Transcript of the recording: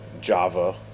Java